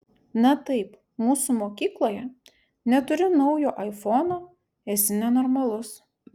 na taip mūsų mokykloje neturi naujo aifono esi nenormalus